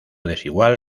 desigual